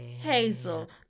hazel